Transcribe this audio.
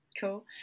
cool